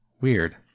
Weird